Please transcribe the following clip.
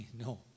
no